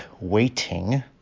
waiting